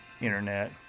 Internet